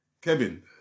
Kevin